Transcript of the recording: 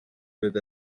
with